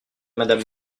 madame